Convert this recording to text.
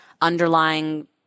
underlying